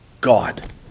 God